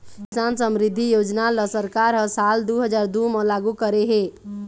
किसान समरिद्धि योजना ल सरकार ह साल दू हजार दू म लागू करे हे